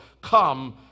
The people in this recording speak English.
come